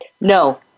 No